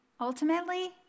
ultimately